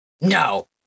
No